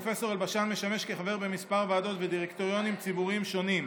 פרופ' אלבשן משמש כחבר בכמה ועדות ודירקטוריונים ציבוריים שונים.